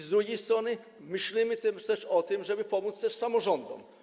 Z drugiej strony myślimy też o tym, żeby pomóc samorządom.